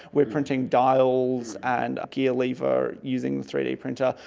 we are printing dials and a gear lever using the three d printer,